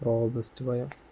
robusta പഴം